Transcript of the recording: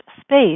space